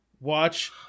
watch